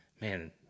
Man